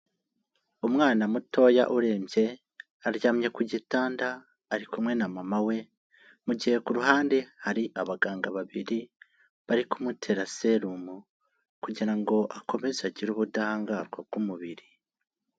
Umwana mutoya urembye, aryamye ku gitanda ari kumwe na mama we mu gihe ku ruhande hari abaganga babiri bari kumutera serumu, kugira ngo akomeze agire ubudahangarwa bw'umubiri.